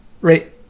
right